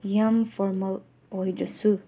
ꯌꯥꯝ ꯐꯣꯔꯃꯦꯜ ꯑꯣꯏꯗ꯭ꯔꯁꯨ